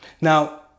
Now